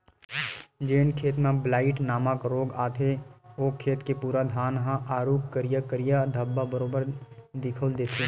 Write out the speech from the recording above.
जेन खेत म ब्लाईट नामक रोग आथे ओ खेत के पूरा धान ह आरुग करिया करिया धब्बा बरोबर दिखउल देथे